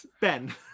Ben